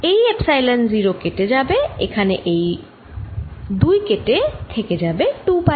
এই এপসাইলন 0 কেটে যাবে এখানে এই 2 কেটে থেকে যাবে 2 পাই